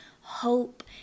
hope